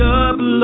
up